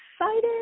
excited